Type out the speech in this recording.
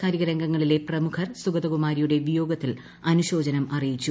കേരളത്തിന്റെ രംഗങ്ങളിലെ പ്രമുഖർ സുഗതകുമാരിയുടെ വിയോഗത്തിൽ അനുശോചനം അറിയിച്ചു